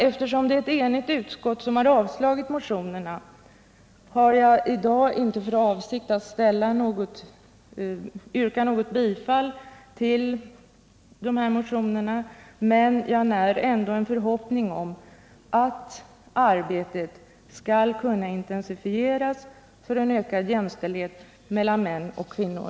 Eftersom ett enigt utskott har avstyrkt motionerna har jag i dag inte för avsikt att yrka bifall till dem, men jag när ändå en förhoppning om att arbetet skall intensifieras för en ökad jämställdhet mellan män och kvinnor.